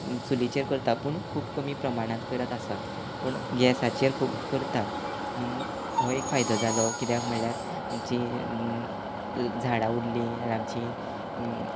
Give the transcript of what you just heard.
चुलीचेर करतात पूण खूब कमी प्रमाणांत करत आसत पूण गॅसाचेर खूब करतात हो एक फायदो जालो कित्याक म्हणल्यार जीं झाडां उरलीं आमचीं